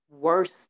worst